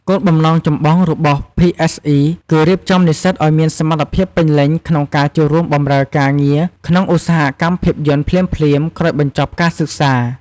គោលបំណងចម្បងរបស់ PSE គឺរៀបចំនិស្សិតឱ្យមានសមត្ថភាពពេញលេញក្នុងការចូលបម្រើការងារក្នុងឧស្សាហកម្មភាពយន្តភ្លាមៗក្រោយបញ្ចប់ការសិក្សា។